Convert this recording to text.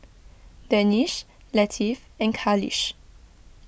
Danish Latif and Khalish